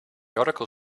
article